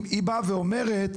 היא באה ואומרת,